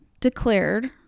declared